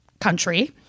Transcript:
country